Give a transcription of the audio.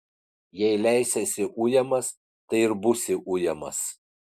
jei leisiesi ujamas tai ir būsi ujamas